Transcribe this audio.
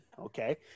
okay